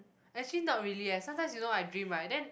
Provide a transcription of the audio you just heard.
actually not really leh sometimes you know I dream right then